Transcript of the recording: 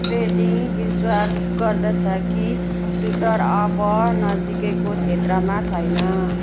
grading विश्वास गर्दछ कि सुटर अब नजिकैको क्षेत्रमा छैन